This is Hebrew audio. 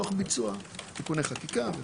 תוך ביצוע תיקוני חקיקה.